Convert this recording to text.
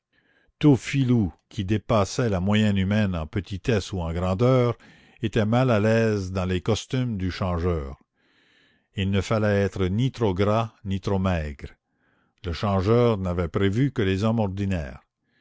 tout filou qui dépassait la moyenne humaine en petitesse ou en grandeur était mal à l'aise dans les costumes du changeur il ne fallait être ni trop gras ni trop maigre le changeur n'avait prévu que les hommes ordinaires